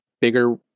bigger